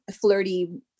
flirty